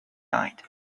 night